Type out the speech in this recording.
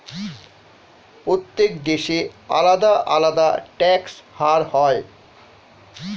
প্রত্যেক দেশে আলাদা আলাদা ট্যাক্স হার হয়